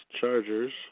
Chargers